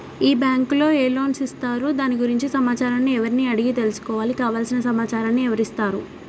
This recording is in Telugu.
ఈ బ్యాంకులో ఏ లోన్స్ ఇస్తారు దాని గురించి సమాచారాన్ని ఎవరిని అడిగి తెలుసుకోవాలి? కావలసిన సమాచారాన్ని ఎవరిస్తారు?